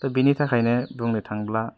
दा बेनि थाखायनो बुंनो थाङोब्ला